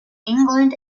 england